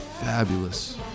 fabulous